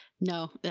No